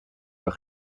voor